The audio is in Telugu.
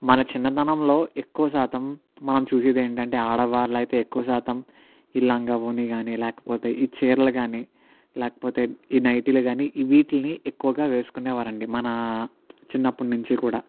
మన చిన్నతనంలో ఎక్కువ శాతం మనం చూసేది ఏంటి అంటే ఆడవాళ్ళయితే ఎక్కువ శాతం ఈ లంగావోణి కానీ లేకపోతే ఈ చీరలు కానీ లేకపోతే ఈ నైటీలు కానీ ఈ వీటిల్ని ఎక్కువగా వేసుకునేవారు అండి మన చిన్నప్పటి నుంచి కూడా